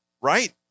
right